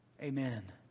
Amen